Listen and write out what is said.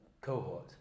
cohort